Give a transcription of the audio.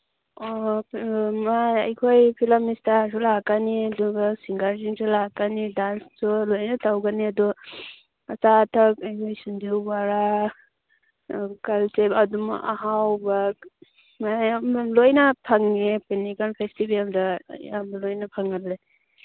ꯑꯣ ꯑꯩꯈꯣꯏ ꯐꯤꯂꯝ ꯏꯁꯇꯥꯔꯁꯨ ꯂꯥꯛꯀꯅꯤ ꯑꯗꯨꯒ ꯁꯤꯡꯒꯔꯁꯤꯡꯁꯨ ꯂꯥꯛꯀꯅꯤ ꯗꯥꯟꯁꯁꯨ ꯂꯣꯏꯅ ꯇꯧꯒꯅꯤ ꯑꯗꯨ ꯑꯆꯥ ꯑꯊꯛ ꯁꯤꯡꯖꯨ ꯕꯣꯔꯥ ꯑꯪꯀꯜ ꯆꯤꯞ ꯑꯗꯨꯝ ꯑꯍꯥꯎꯕ ꯃꯌꯥꯝ ꯑꯃ ꯂꯣꯏꯅ ꯐꯪꯉꯦ ꯄꯦꯅꯦꯀꯜ ꯐꯦꯁꯇꯤꯚꯦꯜꯗ ꯑꯌꯥꯝꯕ ꯂꯣꯏꯅ ꯐꯪꯉꯕꯅꯤ